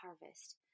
harvest